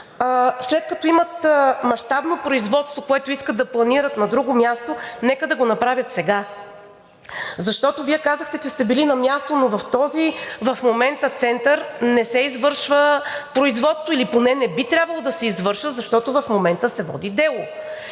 След като имат мащабно производство, което искат да планират на друго място, нека да го направят сега. Защото Вие казахте, че сте бил на място, но в този център в момента не се извършва производство или поне не би трябвало да се извършва, защото в момента се води дело.